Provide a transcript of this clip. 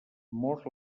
mor